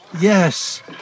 Yes